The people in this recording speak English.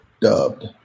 dubbed